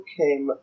came